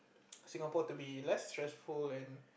Singapore to be less stressful and